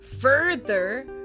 further